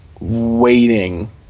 waiting